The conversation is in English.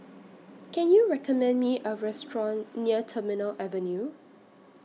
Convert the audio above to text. Can YOU recommend Me A Restaurant near Terminal Avenue